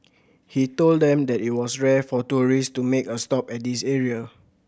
he told them that it was rare for tourists to make a stop at this area